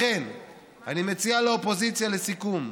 לכן אני מציע לאופוזיציה, לסיכום: